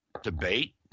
Debate